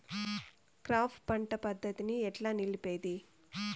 Crop పంట పద్ధతిని ఎట్లా నిలిపేది?